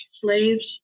slaves